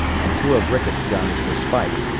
and two of ricketts' guns were spiked.